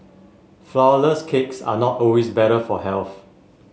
flourless cakes are not always better for health